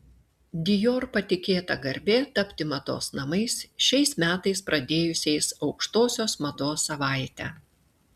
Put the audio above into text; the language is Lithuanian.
dior patikėta garbė tapti mados namais šiais metais pradėjusiais aukštosios mados savaitę